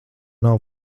nav